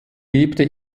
lebte